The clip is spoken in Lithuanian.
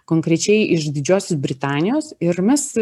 konkrečiai iš didžiosios britanijos ir mes